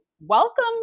welcome